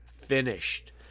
finished